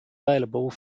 available